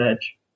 Edge